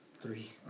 Three